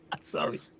Sorry